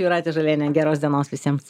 jūratė žalienė geros dienos visiems